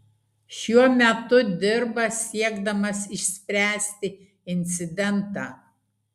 šiuo metu dirba siekdamas išspręsti incidentą